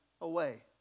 away